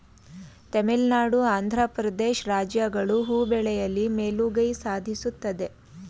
ತಮಿಳುನಾಡು, ಆಂಧ್ರ ಪ್ರದೇಶ್ ರಾಜ್ಯಗಳು ಹೂ ಬೆಳೆಯಲಿ ಮೇಲುಗೈ ಸಾಧಿಸುತ್ತದೆ